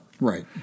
Right